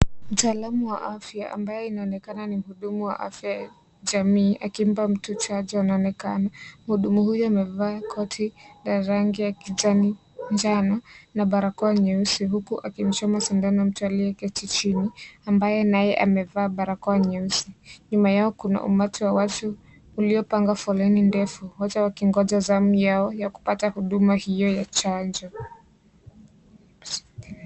Mtaalamu wa afya ambaye inaonekana ni mhudumu wa afya ya jamii akimpa mtu chanjo anaonekana . Mhudumu huyu amevaa koti la rangi ya kijani njano na barakoa nyeusi huku akimchoma sindano mtu aliyeketi chini ambaye naye amevaa barakoa nyeusi . Nyuma yao kuna umati wa watu uliopanga foleni ndefu wote wakingoja zamu yao ya kupata huduma hiyo ya chanjo.